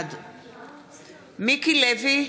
בעד מיקי לוי,